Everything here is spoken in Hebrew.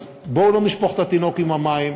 אז בואו לא נשפוך את התינוק עם המים.